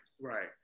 right